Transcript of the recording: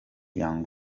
young